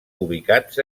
ubicats